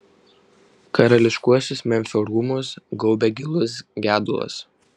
karališkuosius memfio rūmus gaubė gilus gedulas